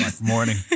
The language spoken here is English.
Morning